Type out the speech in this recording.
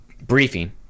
briefing